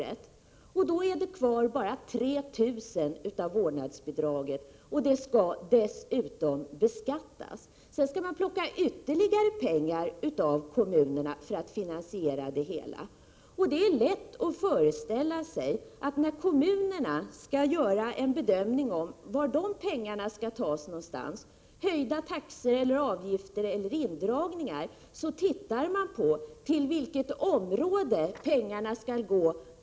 Det blir då bara 3 000 kvar 16 mars 1988 av vårdnadsbidraget, och det skall dessutom beskattas. Man skall sedan SS —— plocka ytterligare pengar av kommunerna för att finansiera det hela. Föräldraförsäkringen "> Det är lätt att föreställa sig att när kommunerna skall göra en bedömning av varifrån pengarna skall tas — höjda taxor och avgifter eller indragningar — så tittar de på till vilket område pengarna skall gå.